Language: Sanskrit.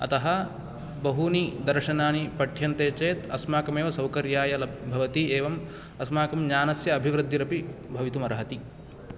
अतः बहूनि दर्शनानि पठ्यन्ते चेत् अस्माकम् एव सौकर्याय लब् भवति एवम् अस्माकं ज्ञानस्य अभिवृद्धिरपि भवितुम् अर्हति